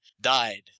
died